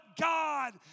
God